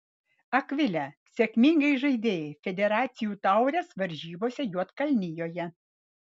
akvile sėkmingai žaidei federacijų taurės varžybose juodkalnijoje